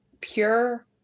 pure